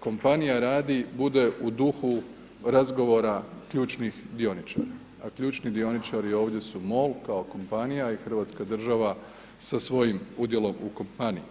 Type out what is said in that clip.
kompanija radi bude u duhu razgovora ključnih dioničara, a ključni dioničari ovdje su MOL kao kompanija i hrvatska država sa svojim udjelom u kompaniji.